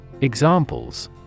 Examples